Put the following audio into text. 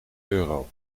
euro